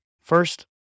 First